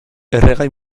erregai